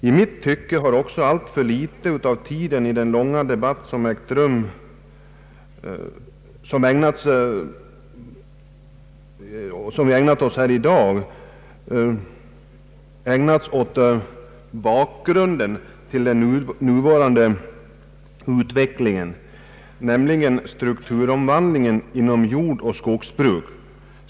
I mitt tycke har också alltför litet tid av den långa debatt som ägt rum i dag ägnats åt bakgrunden till den nuvarande utvecklingen, nämligen strukturomvandlingen inom jordoch skogsbruket.